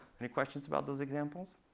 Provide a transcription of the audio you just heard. any questions about those examples?